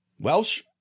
Welsh